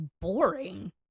boring